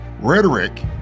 Rhetoric